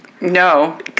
No